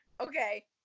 okay